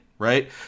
Right